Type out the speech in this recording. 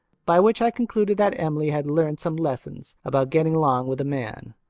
by which i concluded that emily had learned some lessons about getting along with a man.